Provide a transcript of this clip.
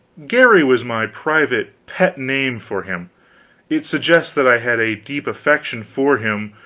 garry was my private pet name for him it suggests that i had a deep affection for him,